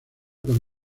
con